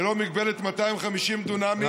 ללא מגבלת 250 דונמים,